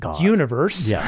universe